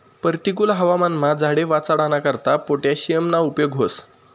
परतिकुल हवामानमा झाडे वाचाडाना करता पोटॅशियमना उपेग व्हस